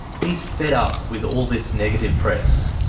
he's fed up with all this negative press.